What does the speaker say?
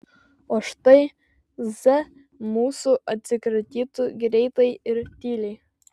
o štai z mūsų atsikratytų greitai ir tyliai